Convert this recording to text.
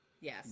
Yes